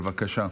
בבקשה.